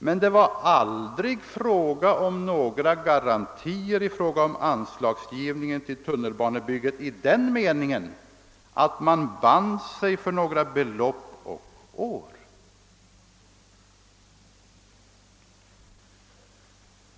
Men det var aldrig fråga om några garantier rörande anslagsgivningen till tunnelbanebyggen i den meningen att man band sig för några belopp och år.